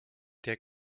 der